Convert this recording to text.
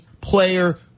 player